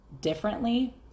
differently